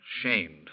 shamed